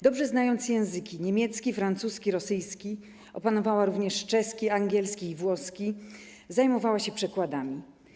Dobrze znając języki niemiecki, francuski i rosyjski, opanowała również czeski, angielski i włoski, zajmowała się przekładami.